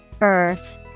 Earth